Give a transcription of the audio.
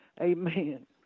Amen